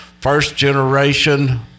first-generation